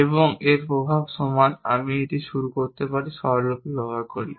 এবং এর প্রভাব সমান আমি এটি শুরু করতে এই স্বরলিপি ব্যবহার করি